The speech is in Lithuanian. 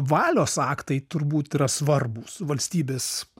valios aktai turbūt yra svarbūs valstybės